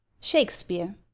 Shakespeare